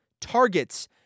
targets